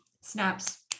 Snaps